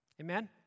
Amen